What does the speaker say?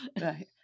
Right